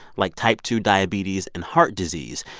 like type two diabetes and heart disease,